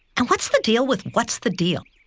and what's the deal with, what's the deal?